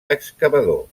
excavador